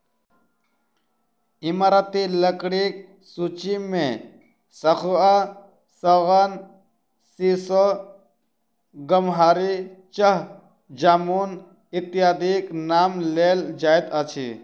ईमारती लकड़ीक सूची मे सखुआ, सागौन, सीसो, गमहरि, चह, जामुन इत्यादिक नाम लेल जाइत अछि